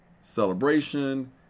celebration